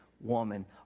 woman